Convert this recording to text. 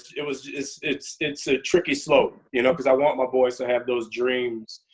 it was just it's it's a tricky slope. you know, because i want my boys to have those dreams.